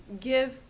give